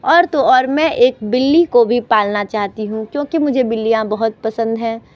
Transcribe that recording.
और तो और मैं एक बिल्ली को भी पालन चाहती हूँ क्योंकि मुझे बिल्लियाँ बहुत पसंद हैं